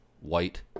white